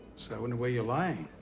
so, in a way you are lying.